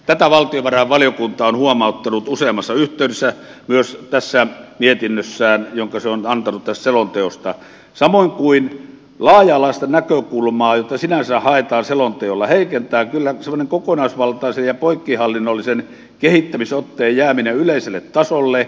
tätä valtiovarainvaliokunta on huomauttanut useammassa yhteydessä myös tässä mietinnössään jonka se on antanut tästä selonteosta samoin kuin laaja alaista näkökulmaa jota sinänsä haetaan selonteolla heikentää kyllä semmoinen kokonaisvaltaisen ja poikkihallinnollisen kehittämisotteen jääminen yleiselle tasolle